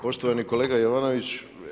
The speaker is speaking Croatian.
Poštovani kolega Jovanović.